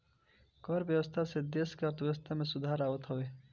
कर व्यवस्था से देस के अर्थव्यवस्था में सुधार आवत हवे